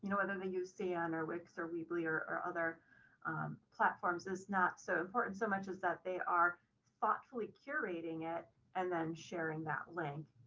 you know they use cn or wix or weebly or or other platforms is not so important so much is that they are thoughtfully curating it, and then sharing that link.